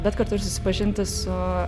bet kartu ir susipažinti su